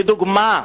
לדוגמה.